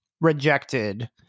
rejected